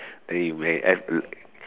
then you may